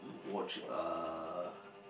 watch uh